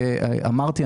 כמו שאמרתי,